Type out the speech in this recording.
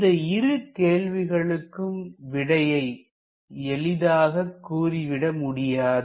இந்த இரு கேள்விகளுக்கும் விடையை எளிதாக கூறிவிட முடியாது